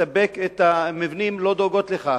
לספק את המבנים לא דואגות לכך,